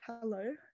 hello